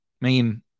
main